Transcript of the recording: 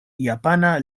japana